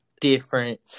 different